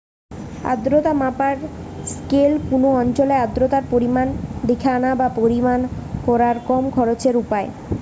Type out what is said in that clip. আর্দ্রতা মাপার স্কেল কুনো অঞ্চলের আর্দ্রতার পরিমাণ দিখানা বা পরিমাপ কোরার কম খরচের উপায়